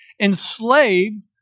enslaved